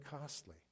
costly